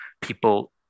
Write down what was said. people